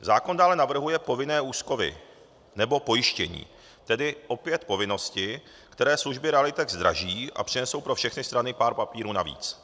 Zákon dále navrhuje povinné úschovy nebo pojištění, tedy opět povinnosti, které služby realitek zdraží a přinesou pro všechny strany pár papírů navíc.